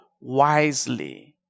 wisely